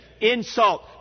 insult